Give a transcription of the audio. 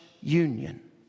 union